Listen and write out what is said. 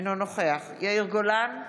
אינו נוכח יאיר גולן,